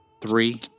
Three